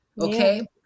okay